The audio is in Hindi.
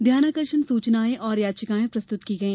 ध्यानाकर्षण सूचनायें और याचिकायें प्रस्तुत की गई